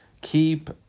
keep